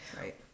Right